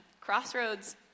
Crossroads